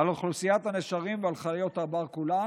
על אוכלוסיית הנשרים ועל החיות הבר כולן.